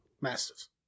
Mastiffs